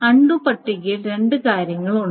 undo പട്ടികയിൽ രണ്ട് കാര്യങ്ങളുണ്ട്